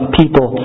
people